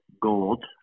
gold